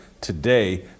today